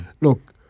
look